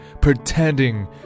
pretending